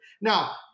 Now